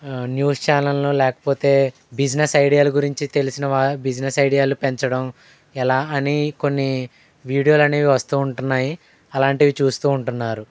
news ఛానళ్ళో లేకపోతే business ఐడియాల గురించి తెలిసిన వారు బిజినెస్ ఐడియాలు పెంచడం ఎలా అని కొన్ని వీడియోలు అనేవి వస్తూ ఉంటున్నాయి అలాంటివి చూస్తూ ఉంటున్నారు